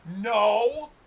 no